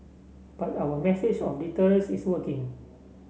but our message of deterrence is working